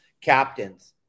captains